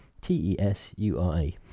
T-E-S-U-R-A